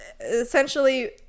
essentially